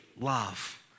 love